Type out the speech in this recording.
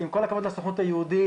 עם כל הכבוד לסוכנות היהודית,